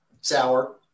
sour